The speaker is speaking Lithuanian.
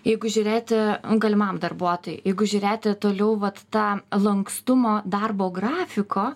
jeigu žiūrėti galimam darbuotojui jeigu žiūrėti toliau vat tą lankstumo darbo grafiko